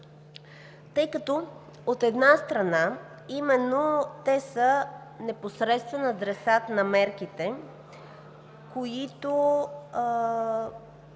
тъй като, от една страна, именно те са непосредствен адресат на мерките, посочени